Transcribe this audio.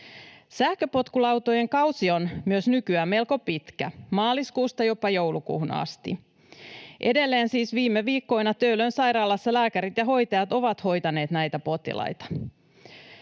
Sähköpotkulautojen kausi on myös nykyään melko pitkä, maaliskuusta jopa joulukuuhun asti. Edelleen siis viime viikkoina Töölön sairaalassa lääkärit ja hoitajat ovat hoitaneet näitä potilaita.